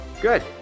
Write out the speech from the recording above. Good